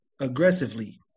aggressively